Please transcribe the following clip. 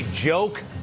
Joke